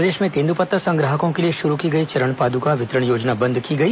प्रदेश में तेंदूपत्ता संग्राहकों के लिए शुरू की गई चरण पादुका वितरण योजना बंद की गई